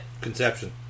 Conception